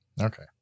Okay